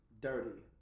Dirty